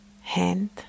Hand